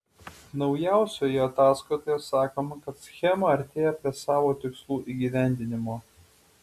naujausioje ataskaitoje sakoma kad schema artėja prie savo tikslų įgyvendinimo